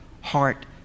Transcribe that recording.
heart